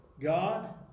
God